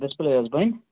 display حظ بَنہِ